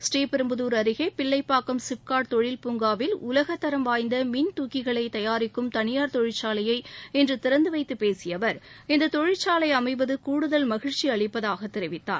ஸ்ரீபெரும்புதூர் அருகே பிள்ளைப்பாக்கம் சிப்காட் தொழில் பூங்காவில் உலகத்தரம் வாய்ந்த மின்தூக்கிகளை தயாரிக்கும் தனியார் தொழிற்சாலையை இன்று திறந்து வைத்து பேசிய அவர் இந்த தொழிற்சாலை அமைவது கூடுதல் மகிழ்ச்சி அளிப்பதாக தெரிவித்தார்